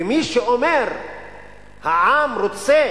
ומי שאומר "העם רוצה